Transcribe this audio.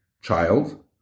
child